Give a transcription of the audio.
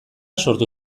sortu